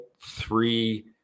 three